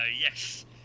yes